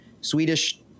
Swedish